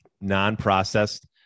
non-processed